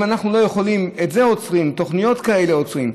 אם את זה עוצרים, תוכניות כאלה עוצרים,